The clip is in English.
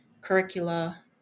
curricula